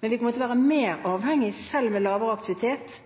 Men vi kommer til å være mer avhengige, selv med lavere aktivitet,